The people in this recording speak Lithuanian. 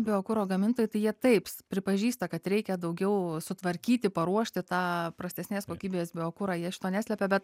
biokuro gamintojai tai jie taip pripažįsta kad reikia daugiau sutvarkyti paruošti tą prastesnės kokybės biokurą jie šito neslepia bet